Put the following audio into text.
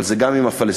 אבל זה גם עם הפלסטינים,